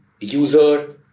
user